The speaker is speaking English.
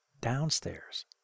downstairs